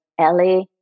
LA